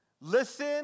listen